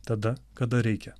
tada kada reikia